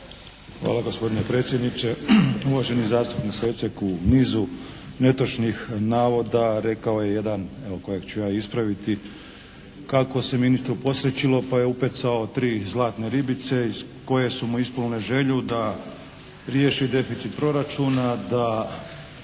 Hvala gospodine predsjedniče. Uvaženi zastupnik Pecek u nizu netočnih navoda rekao je jedan evo kojeg ću ja ispraviti, kako se ministru posrećilo pa je upecao 3 zlatne ribice koje su mu ispunile želju da riješi deficit proračuna, da